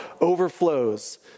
overflows